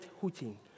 hooting